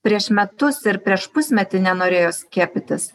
prieš metus ir prieš pusmetį nenorėjo skiepytis